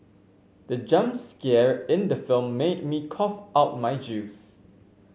the jump scare in the film made me cough out my juice